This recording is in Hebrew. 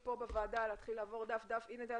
נתחיל כאן בוועדה לעבור על הדפים כדי לראות שהנה,